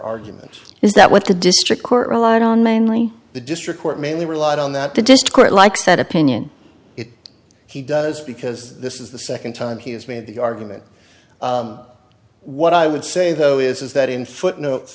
argument is that what the district court relied on mainly the district court mainly relied on that to discredit like said opinion if he does because this is the second time he has made the argument what i would say though is that in footnote